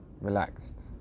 relaxed